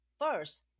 first